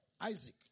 Isaac